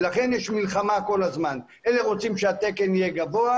לכן יש כל הזמן מלחמה אלה רוצים שהתקן יהיה גבוה,